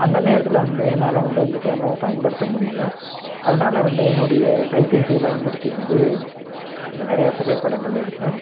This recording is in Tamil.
அந்த நேரத்தில் வந்து என்னால் வந்து அந்த கேமராவை பயன்படுத்த முடியலை அதனால வந்து என்னுடைய கைப்பேசியயை பயன்படுத்தி வந்து நான் நிறைய புகைப்படங்கள் எடுத்தேன்